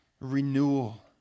renewal